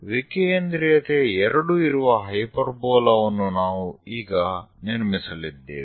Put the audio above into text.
ವಿಕೇಂದ್ರೀಯತೆ 2 ಇರುವ ಹೈಪರ್ಬೋಲಾ ವನ್ನು ನಾವು ಈಗ ನಿರ್ಮಿಸಲಿದ್ದೇವೆ